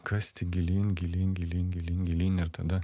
kasti gilyn gilyn gilyn gilyn gilyn ir tada